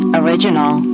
original